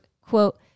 quote